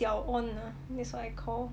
小 on ah that's what I call